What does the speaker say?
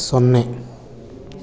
ಸೊನ್ನೆ